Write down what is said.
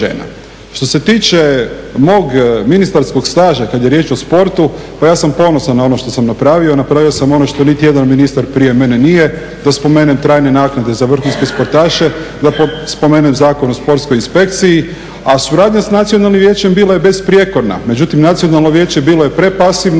Što se tiče mog ministarskog staža kada je riječ o sportu, pa ja sam ponosan na ono što sam napravio. Napravio sam ono što niti jedan ministar prije mene nije, da spomenem trajne naknade za vrhunske sportaše, da spomenem Zakon o sportskoj inspekciji, a suradnja sa nacionalnim vijećem bila je besprijekorna. Međutim nacionalno vijeće je bilo prepasivno